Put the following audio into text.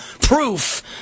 proof